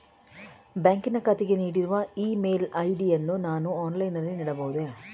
ಬ್ಯಾಂಕಿನ ಖಾತೆಗೆ ನೀಡಿರುವ ಇ ಮೇಲ್ ಐ.ಡಿ ಯನ್ನು ನಾನು ಆನ್ಲೈನ್ ನಲ್ಲಿ ನೀಡಬಹುದೇ?